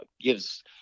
gives